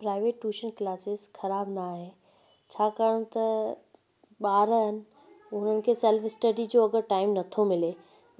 private tuition classes ख़राबु न आहे छाकाणि त ॿार आहिनि उन्हनि खे सैल्फ स्टडी जो अगरि टाइम नथो मिले